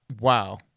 Wow